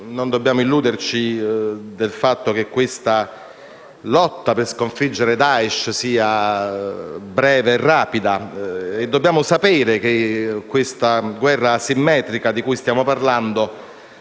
non dobbiamo illuderci del fatto che questa lotta per sconfiggere Daesh sia breve e rapida. Dobbiamo sapere che la guerra asimmetrica di cui stiamo parlando